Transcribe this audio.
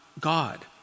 God